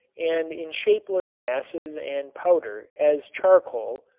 and in shapeless masses and powder as charcoal,